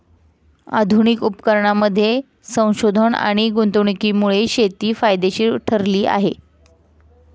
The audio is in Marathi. आधुनिक उपकरणांमध्ये संशोधन आणि गुंतवणुकीमुळे शेती फायदेशीर ठरली आहे